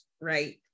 right